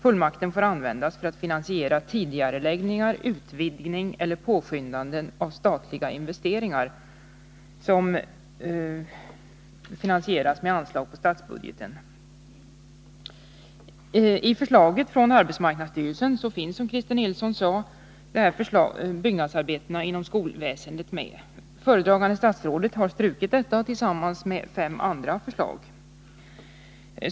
Fullmakten får användas för att finansiera tidigareläggningar, utvidgning eller påskyndanden av statliga investeringar som finansieras med anslag på statsbudgeten. I förslaget från arbetsmarknadsstyrelsen finns, som Christer Nilsson sade, byggnadsarbeten inom skolväsendet med, men föredragande statsrådet har strukit detta tillsammans med fem andra förslag.